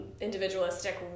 individualistic